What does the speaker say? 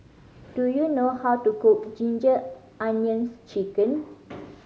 do you know how to cook Ginger Onions Chicken